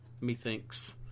methinks